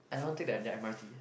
I don't take at the M_R_T